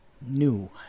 new